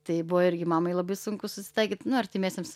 tai buvo irgi mamai labai sunku susitaikyt artimiesiems